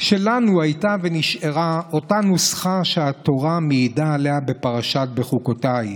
שלנו הייתה ונשארה אותה נוסחה שהתורה מעידה עליה בפרשת בחוקותיי: